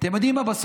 אתם יודעים מה?